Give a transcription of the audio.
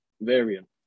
variant